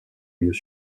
mieux